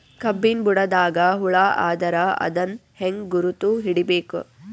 ಕಬ್ಬಿನ್ ಬುಡದಾಗ ಹುಳ ಆದರ ಅದನ್ ಹೆಂಗ್ ಗುರುತ ಹಿಡಿಬೇಕ?